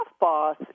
boss